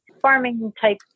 farming-type